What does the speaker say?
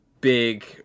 big